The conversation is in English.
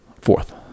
fourth